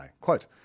quote